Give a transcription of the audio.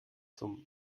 zum